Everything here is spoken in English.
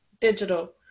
digital